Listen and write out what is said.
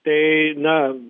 tai na